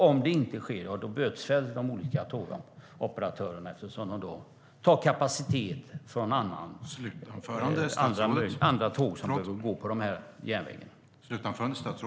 Om det inte sker ska de olika tågoperatörerna bötfällas eftersom de tar kapacitet från annan tågtrafik.